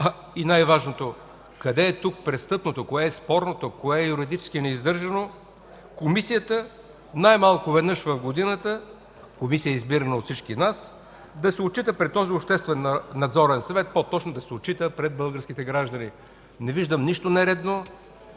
И най-важното: къде е тук престъпното, спорното, юридически неиздържаното Комисията най-малко веднъж в годината – Комисия, избирана от всички нас, да се отчита пред този обществен надзорен съвет, по-точно, да се отчита пред българските граждани? Не виждам нищо нередно,